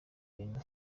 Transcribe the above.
ibintu